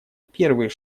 первые